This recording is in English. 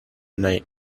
night